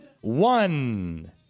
one